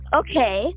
okay